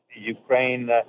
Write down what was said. Ukraine